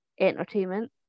entertainment